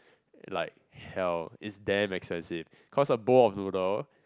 like hell is damn expensive cause a bowl of noodle